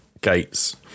gates